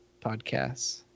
podcasts